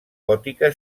gòtica